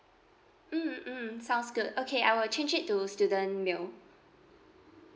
mm mm sounds good okay I will change it to student meal